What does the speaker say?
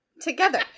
Together